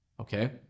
Okay